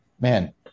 man